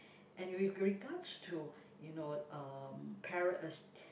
and with regards to you know um parent uh stu~